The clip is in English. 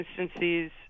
instances